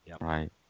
Right